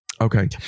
Okay